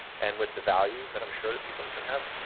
and with the values that i'm sure that people in this room have,